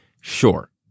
sure